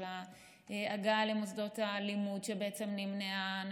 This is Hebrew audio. של ההגעה למוסדות הלימוד שנמנעה.